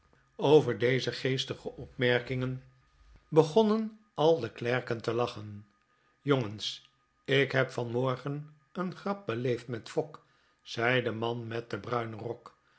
over deze geestige opmerkingen begonneri al de klerken te lachen jongens ik heb vanmorgen een grap beleefd met fogg zei de man met den bruinen rok